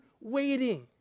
waiting